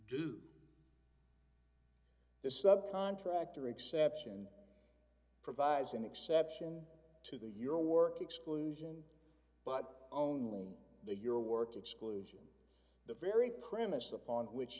do this sub contractor exception provides an exception to the your work exclusion but only in the your work exclusion the very premise upon which